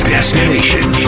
Destination